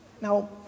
Now